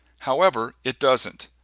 however, it doesn't.